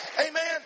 Amen